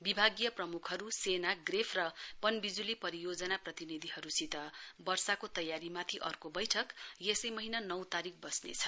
विभागीय प्रमुखहरू सेना ग्रेफ र पनबिजुली परियोजना प्रतिनिधिहरूसित वर्षाको तयारीमाथि अर्को बैठक यसै महीना नौ तारीक बस्नेछ